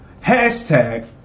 hashtag